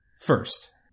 first